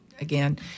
again